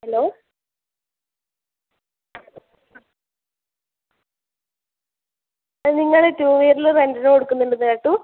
hello ആ നിങ്ങൾ two wheeler റെന്റിനു കൊടുക്കുന്നുണ്ടെന്നു കേട്ടു